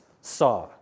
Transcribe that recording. saw